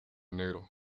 negro